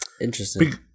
Interesting